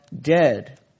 dead